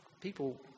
people